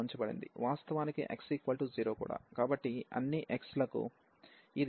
వాస్తవానికి x0 కూడా కాబట్టి అన్ని x లకు ఇది ఇప్పుడు నిజం